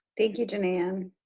thank you, ginan.